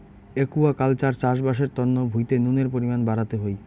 aquaculture চাষবাস এর তন্ন ভুঁইতে নুনের পরিমান বাড়াতে হই